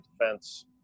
Defense